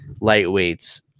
lightweights